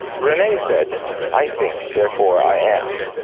rene said i think, therefore i am.